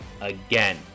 Again